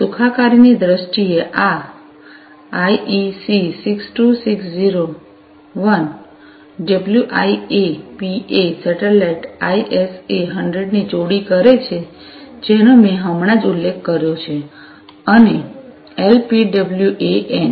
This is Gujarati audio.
સુખાકારીની દ્રષ્ટિએ આ IEC 62601 WIA PA satellite ISA 100 ની જોડી કરે છે જેનો મેં હમણાં જ ઉલ્લેખ કર્યો છે અને એલપીડબ્લ્યુએએન